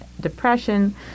depression